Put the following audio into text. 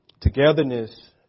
Togetherness